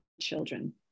children